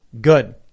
Good